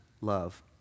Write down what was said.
love